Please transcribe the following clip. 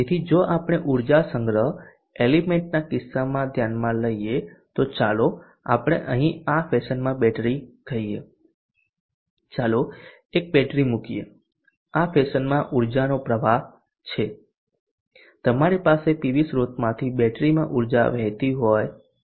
તેથી જો આપણે ઉર્જા સંગ્રહ એલિમેન્ટના કિસ્સામાં ધ્યાનમાં લઈએ તો ચાલો આપણે અહીં આ ફેશનમાં બેટરી કહીએ ચાલો એક બેટરી મૂકીએ આ ફેશનમાં ઊર્જાનો પ્રવાહ છે તમારી પાસે પીવી સ્રોતમાંથી બેટરીમાં ઊર્જા વહેતી હોય છે